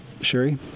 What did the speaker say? Sherry